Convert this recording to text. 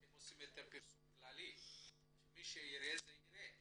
אתם עושים יותר פרסום כללי ומי שיראה את זה יראה,